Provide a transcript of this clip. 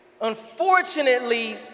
Unfortunately